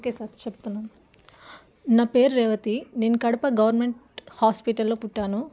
okay sir చెప్తున్నాను నా పేరు రేవతి నేను కడప గవర్నమెంట్ హాస్పిటల్ల్లో పుట్టాను